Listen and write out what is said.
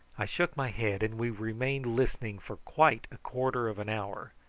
i shook my head, and we remained listening for quite a quarter of an hour,